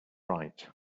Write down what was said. right